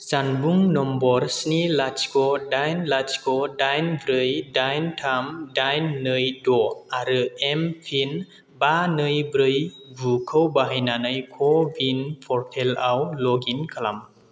जानबुं नम्बर स्नि लाथिख' दाइन लाथिख' दाइन ब्रै दाइन थाम दाइन नै द' आरो एम पिन बा नै ब्रै गु खौ बाहायनानै कअविन पर्टेलाव लग इन खालाम